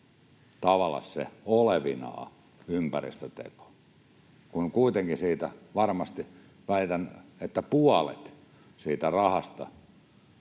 tavallaan se olevinaan ympäristöteko, kun kuitenkin varmasti puolet siitä rahasta,